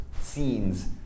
scenes